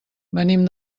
venim